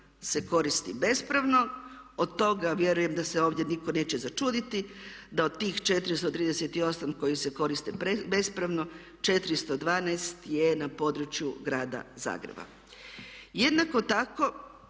se koristi bespravno, od toga vjerujem da se ovdje nitko neće začuditi, da od tih 438 koji se koriste bespravno, 412 je na području grada Zagreba. Jednako tako